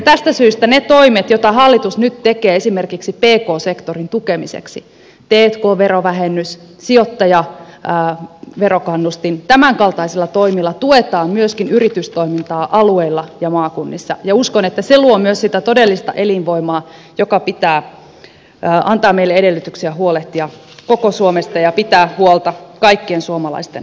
tästä syystä tämänkaltaisilla toimilla joita hallitus nyt tekee esimerkiksi pk sektorin tukemiseksi t k verovähennyksellä sijoittajan verokannustimella tuetaan myöskin yritystoimintaa alueilla ja maakunnissa ja uskon että se luo myös sitä todellista elinvoimaa joka antaa meille edellytyksiä huolehtia koko suomesta ja pitää huolta kaikkien suomalaisten